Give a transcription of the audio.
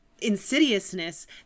insidiousness